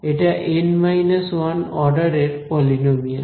এটা N 1 অর্ডারের polynomial